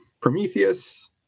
Prometheus